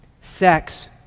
Sex